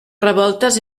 revoltes